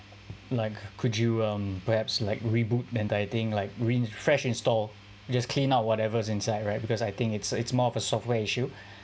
like could you um perhaps like reboot the entire thing like re~ fresh install just clean up whatever's inside right because I think it's it's more of a software issue